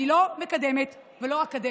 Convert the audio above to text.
אני לא מקדמת ולא אקדם.